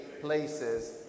places